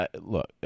Look